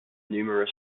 numerous